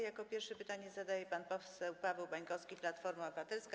Jako pierwszy pytanie zadaje pan poseł Paweł Bańkowski, Platforma Obywatelska.